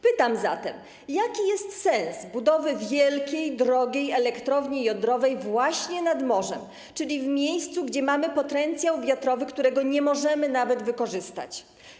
Pytam zatem: Jaki jest sens budowy wielkiej, drogiej elektrowni jądrowej właśnie nad morzem, czyli w miejscu, gdzie mamy potencjał wiatrowy, którego nie możemy nawet wykorzystać?